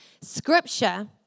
Scripture